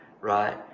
Right